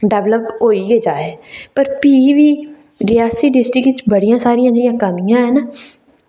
develop होई गै जाए पर फ्ही बी रेआसी डिस्ट्रिक इच बड़ियां सारियां जि'यां कमियां हैन